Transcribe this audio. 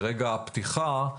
רגע הפתיחה,